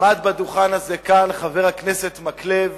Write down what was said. עמד על הדוכן הזה כאן חבר הכנסת מקלב,